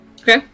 Okay